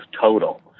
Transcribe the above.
total